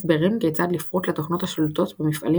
הסברים כיצד לפרוץ לתוכנות השולטות במפעלים